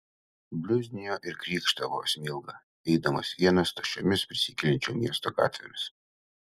bliuznijo ir krykštavo smilga eidamas vienas tuščiomis prisikeliančio miesto gatvėmis